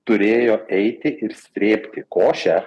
turėjo eiti ir srėbti košę